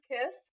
Kiss